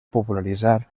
popularitzar